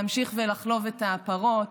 להמשיך לחלוב את הפרות,